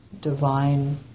divine